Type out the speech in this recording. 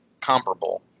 comparable